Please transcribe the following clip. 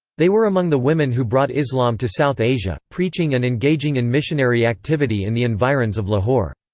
they were among the women who brought islam to south asia, preaching and engaging in missionary activity in the environs of lahore.